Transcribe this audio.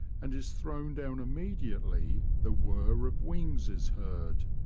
and is thrown down immediately the whirr of wings is heard.